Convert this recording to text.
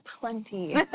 Plenty